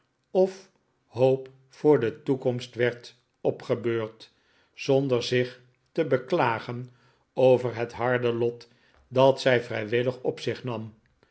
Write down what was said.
of hoop voor de toekomst werd opgebeurd zonder zich te beklagen over het harde lot dat zij vrijwillig op zich nam